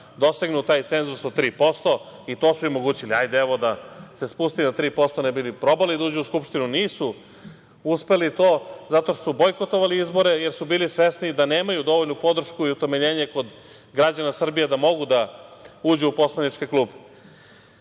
dosegnu taj cenzus od 3%, i to smo im omogućili, hajde, evo, da se spusti na 3%, ne bi li probali da uđu u Skupštinu. Nisu uspeli to, zato što su bojkotovali izbore, jer su bili svesni da nemaju dovoljnu podršku i utemeljenje kod građana Srbije da mogu da uđu u poslaničke